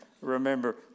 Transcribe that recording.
remember